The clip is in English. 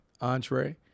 entree